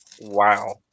Wow